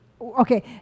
okay